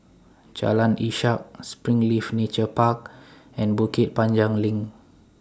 Jalan Ishak Springleaf Nature Park and Bukit Panjang LINK